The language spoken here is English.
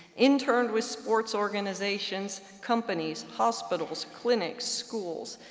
interned with sports organizations, companies, hospitals, clinics, schools.